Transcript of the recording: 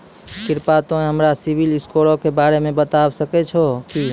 कृपया तोंय हमरा सिविल स्कोरो के बारे मे बताबै सकै छहो कि?